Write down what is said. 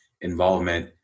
involvement